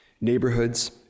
Neighborhoods